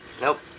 Nope